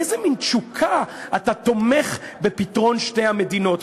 באיזה מין תשוקה אתה תומך בפתרון שתי המדינות?